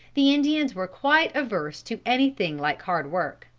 the indians were quite averse to anything like hard work.